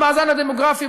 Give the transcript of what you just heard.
המאזן הדמוגרפי,